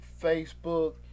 Facebook